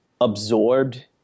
absorbed